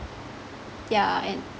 ya and